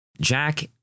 Jack